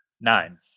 Nine